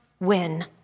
win